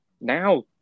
Now